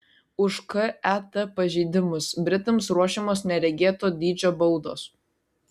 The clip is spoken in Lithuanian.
už ket pažeidimus britams ruošiamos neregėto dydžio baudos